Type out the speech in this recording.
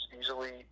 easily